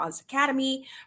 Academy